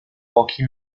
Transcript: pochi